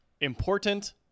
important